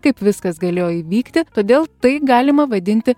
kaip viskas galėjo įvykti todėl tai galima vadinti